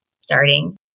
starting